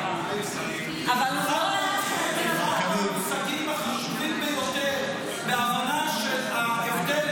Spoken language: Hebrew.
עליה --- המושגים החשובים ביותר בהבנה של ההבדל